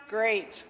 Great